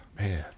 Man